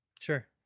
Sure